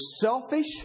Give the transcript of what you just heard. selfish